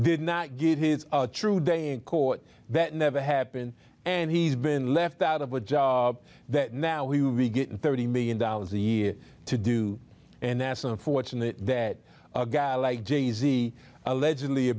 did not get his true day in court that never happened and he's been left out of a job that now we will be getting thirty million dollars a year to do and that's unfortunate that a guy like jay z allegedly a